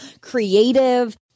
creative